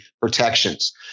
protections